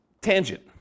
tangent